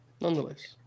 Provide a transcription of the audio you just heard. nonetheless